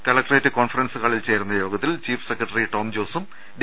collectorate conference ഹാളിൽ ചേരുന്ന യോഗത്തിൽ ചീഫ് സെക്രട്ടറി ടോം ജോസും ഡി